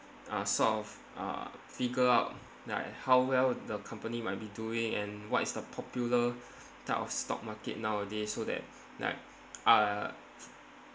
uh sort of uh figure out like how well the company might be doing and what is the popular type of stock market nowadays so that like uh